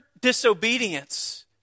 disobedience